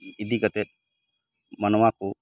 ᱤᱫᱤ ᱠᱟᱛᱮᱫ ᱢᱟᱱᱣᱟ ᱠᱚ